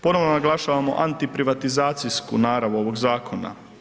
Ponovo naglašavamo anti privatizacijsku narav ovog zakona.